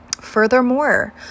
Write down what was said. Furthermore